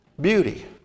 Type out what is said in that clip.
beauty